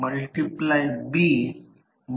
तर I2 ला ते प्राथमिक बाजूच्या संदर्भात आणले पाहिजे